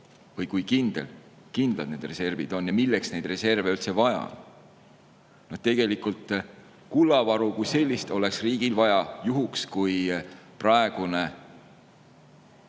või kui kindlad need reservid on ja milleks neid reserve üldse vaja on. Kullavaru kui sellist oleks riigil vaja juhuks, kui praegune,